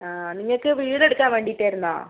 ആ നിങ്ങൾക്ക് വീടെടുക്കാൻ വേണ്ടിയിട്ടായിരുന്നോ